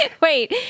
Wait